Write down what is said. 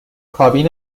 کابین